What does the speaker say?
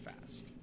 fast